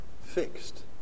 fixed